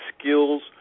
skills